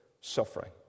suffering